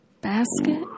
Basket